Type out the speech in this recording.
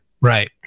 Right